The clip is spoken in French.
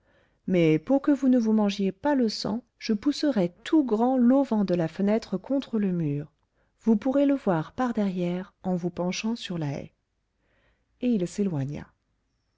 mais pour que vous ne vous mangiez pas le sang je pousserai tout grand l'auvent de la fenêtre contre le mur vous pourrez le voir par derrière en vous penchant sur la haie et il s'éloigna